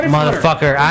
Motherfucker